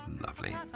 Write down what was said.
Lovely